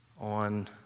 on